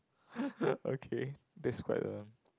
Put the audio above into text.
okay that's quite a